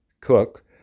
cook